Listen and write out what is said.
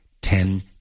ten